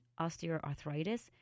osteoarthritis